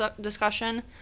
discussion